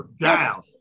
down